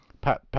Pat